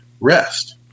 Rest